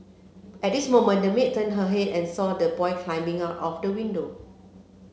at this moment the maid turned her head and saw the boy climbing out of the window